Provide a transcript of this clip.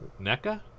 NECA